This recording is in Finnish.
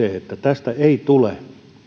tästä ei tule